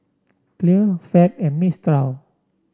Clear Fab and Mistral